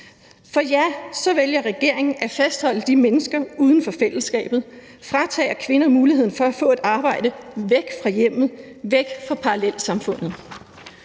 For ja, så vælger regeringen at fastholde de mennesker uden for fællesskabet, fratager kvinder muligheden for at få et arbejde væk fra hjemmet, væk fra parallelsamfundet,